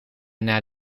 naar